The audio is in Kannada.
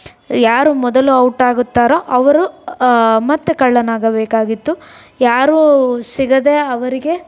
ಯಾರು ಮೊದಲು ಔಟಾಗುತ್ತಾರೋ ಅವರು ಮತ್ತೆ ಕಳ್ಳನಾಗಬೇಕಾಗಿತ್ತು ಯಾರು ಸಿಗದೇ ಅವರಿಗೆ